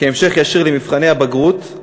כהמשך ישיר למבחני הבגרות,